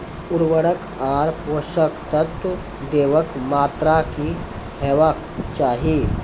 उर्वरक आर पोसक तत्व देवाक मात्राकी हेवाक चाही?